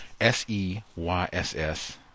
S-E-Y-S-S